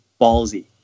ballsy